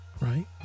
right